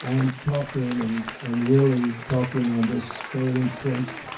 i am talking, and and really talking, on this very entrenched